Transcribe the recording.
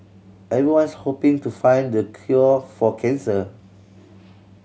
everyone's hoping to find the cure for cancer